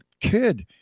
kid